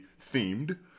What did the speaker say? themed